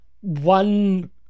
one